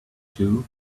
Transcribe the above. too